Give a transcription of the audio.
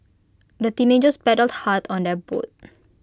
the teenagers paddled hard on their boat